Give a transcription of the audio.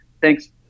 Thanks